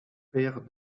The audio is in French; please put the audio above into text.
père